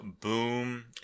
Boom